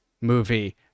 movie